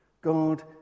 God